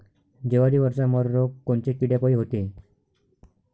जवारीवरचा मर रोग कोनच्या किड्यापायी होते?